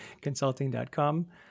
consulting.com